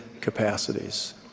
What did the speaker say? capacities